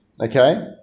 Okay